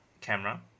camera